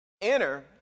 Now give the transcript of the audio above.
enter